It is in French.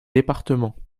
départements